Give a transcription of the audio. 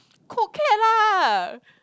cold cat lah